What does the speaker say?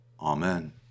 Amen